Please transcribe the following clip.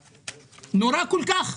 זה נורא כל כך?